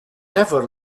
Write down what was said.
never